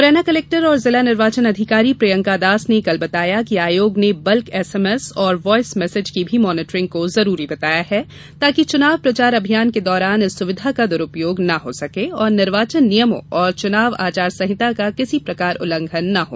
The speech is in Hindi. मुरैना कलेक्टर एवं जिला निर्वाचन अधिकारी प्रियंका दास ने कल बताया कि आयोग ने बल्क एसएमएस और वॉयस मेसेज की भी मॉनिटरिंग को जरूरी बताया है ताकि चुनाव प्रचार अभियान के दौरान इस सुविधा का द्रुपयोग न हो सके तथा निर्वाचन नियमों और चुनाव आचार संहिता का किसी प्रकार उल्लंघन न हो